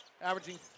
Averaging